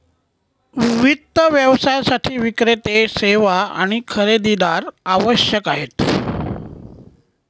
वित्त व्यवसायासाठी विक्रेते, सेवा आणि खरेदीदार आवश्यक आहेत